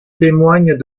témoignent